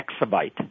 exabyte